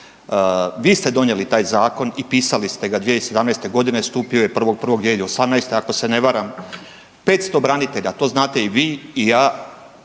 Vi ste donijeli taj zakon i pisali ste ga 2017. g., stupio je 1. 1. 2018., ako se ne varam, 500 branitelja, to znate i vi i ja,